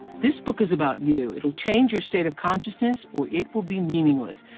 this book is about you. it'll change your state of consciousness or it will be meaningless.